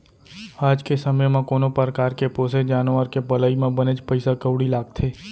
आज के समे म कोनो परकार के पोसे जानवर के पलई म बनेच पइसा कउड़ी लागथे